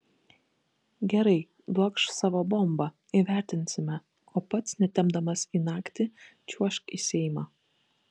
gerai duokš savo bombą įvertinsime o pats netempdamas į naktį čiuožk į seimą